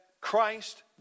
Christ